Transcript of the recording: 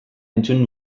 entzun